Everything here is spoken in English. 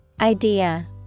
Idea